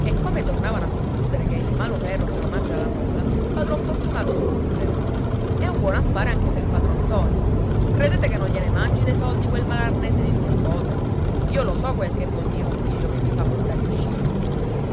e come tornavano a concludere che il malo ferro se lo mangia la mola padron fortunato soggiungeva è un buon affare anche per padron ntoni credete che non gliene mangi dei soldi quel malarnese di suo nipote io lo so quel che vuol dire un figlio che vi fa questa riuscita